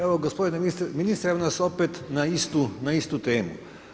Evo gospodine ministre, evo nas opet na istu temu.